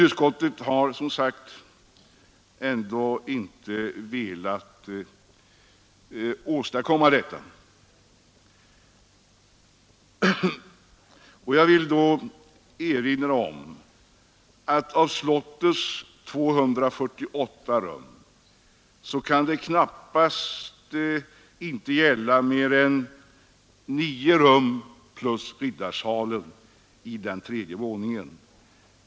Utskottet har emellertid som sagt ändå inte velat vara med om att skapa en sådan miljö. Då vill jag erinra om att av slottets 248 rum kan det knappast gälla mer än nio rum plus Riddarsalen i tredje våningen.